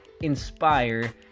inspire